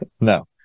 no